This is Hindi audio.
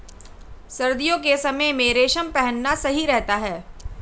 सर्दियों के समय में रेशम पहनना सही रहता है